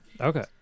Okay